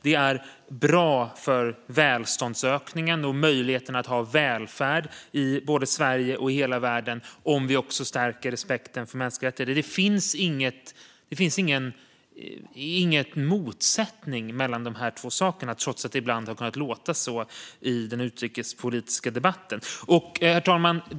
Det är bra för välståndsökningen och möjligheten att ha välfärd i både Sverige och hela världen om vi också stärker respekten för mänskliga rättigheter. Det finns ingen motsättning mellan de här två sakerna, trots att det ibland har kunnat låta så i den utrikespolitiska debatten. Herr talman!